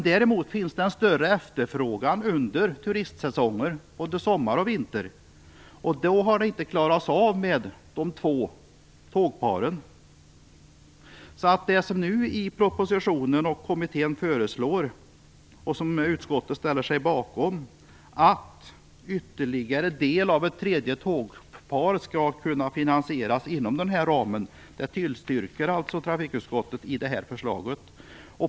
Däremot finns det större efterfrågan under turistsäsong, under både sommar och vinter, och då har de två tågparen inte varit tillräckliga. Det som nu propositionen och kommissionen föreslår och som utskottet ställer sig bakom, att ytterligare del av ett tredje tågpar skall kunna finansieras inom ramen, tillstyrks av trafikutskottet.